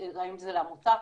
אם זה לעמותה,